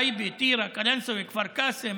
טייבה, טירה, קלנסווה, כפר קאסם,